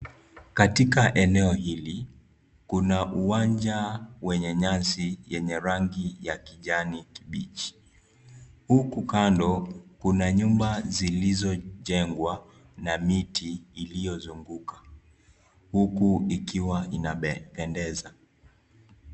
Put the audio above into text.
Katika eneo hili, kuna uwanja wenye nyasi yenye rangi ya kijani kibichi. Huku kando, kuna nyumba zilizojengwa na miti iliyozunguka huku ikiwa inapendeza.